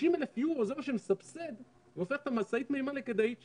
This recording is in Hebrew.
ה-60,000 יורו זה מה שמסבסד והופך את משאית המימן לכדאית שם.